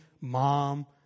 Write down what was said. mom